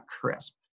crisp